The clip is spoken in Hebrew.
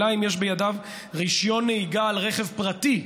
אלא אם כן יש בידיו רישיון נהיגה לרכב פרטי,